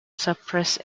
suppress